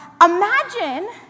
imagine